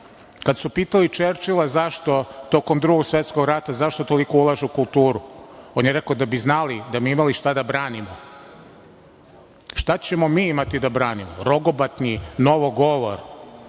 Kada su pitali Čerčila zašto tokom Drugog svetskog rata ulaže toliko u kulturu, on je rekao da bi znali, da bi imali šta da branimo. Šta ćemo mi imati da branimo? Rogobatni novogovor.